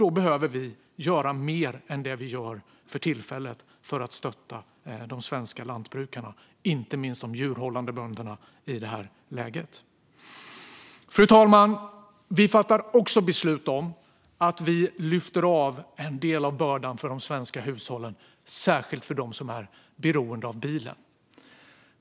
Då behöver vi göra mer än vi gör för tillfället för att stötta de svenska lantbrukarna, inte minst de djurhållande bönderna. Fru talman! Vi fattar också beslut om att lyfta av en del av bördan från de svenska hushållen, särskilt från dem som är beroende av bilen.